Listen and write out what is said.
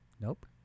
Nope